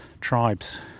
tribes